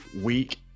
week